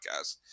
podcast